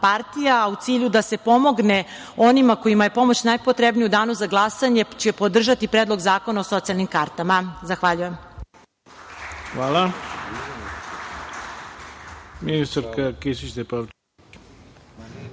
partija, a u cilju da se pomogne onima kojima je pomoć najpotrebnija, u Danu za glasanje će podržati Predlog zakona o socijalnim kartama. Zahvaljujem.